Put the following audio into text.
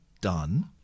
done